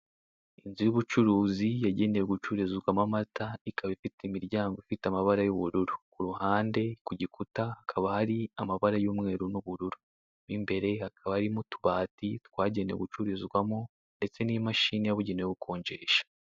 Inzu y'ubucuruzi, yagenewe gucururizwamo amata, ikaba ifite imiryango ifite amabara y'ubururu. Ku ruhande, ku gikuta hakaba hari amabara y'umweru n'ubururu. Mo imbere hakaba harimo utubati twagenewe gucururizwamo ndetse n'imashini yabugenewe yo gukonjesha.